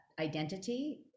identity